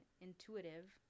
intuitive